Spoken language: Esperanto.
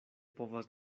povas